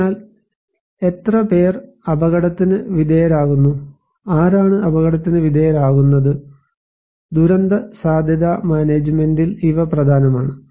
അതിനാൽ എത്രപേർ അപകടത്തിന് വിധേയരാകുന്നു ആരാണ് അപകടത്തിന് വിധേയരാകുന്നത് ദുരന്തസാധ്യതാ മാനേജുമെന്റിൽ ഇവ പ്രധാനമാണ്